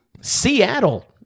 Seattle